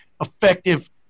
effective